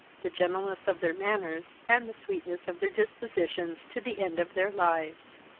the gentleness of their manners, and the sweetness of their dispositions to the end of their lives